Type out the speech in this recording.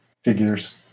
figures